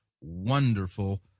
wonderful